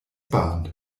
bahn